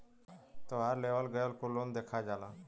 तोहार लेवल गएल कुल लोन देखा जाला